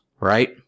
right